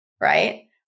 Right